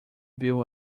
bill